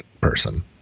person